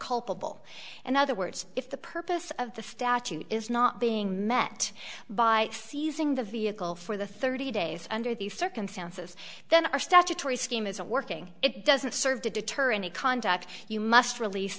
culpable in other words if the purpose of the statute is not being met by seizing the vehicle for the thirty days under these circumstances then our statutory scheme isn't working it doesn't serve to deter any conduct you must release